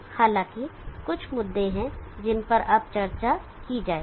हालाँकि कुछ मुद्दे हैं जिन पर अब चर्चा की जाएगी